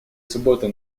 субботу